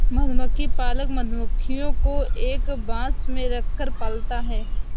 मधुमक्खी पालक मधुमक्खियों को एक बॉक्स में रखकर पालता है